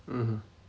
mmhmm